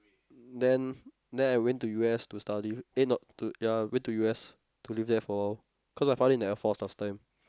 then then I went to U_S to study eh not to ya went to U_S to live there for cause my father in the Air Force last time